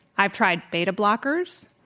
i've tried beta blockers,